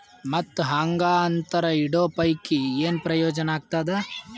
ಮತ್ತ್ ಹಾಂಗಾ ಅಂತರ ಇಡೋ ಪೈಕಿ, ಏನ್ ಪ್ರಯೋಜನ ಆಗ್ತಾದ?